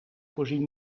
voorzien